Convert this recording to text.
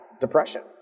depression